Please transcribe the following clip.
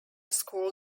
school